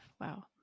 Wow